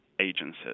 agencies